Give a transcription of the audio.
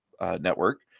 network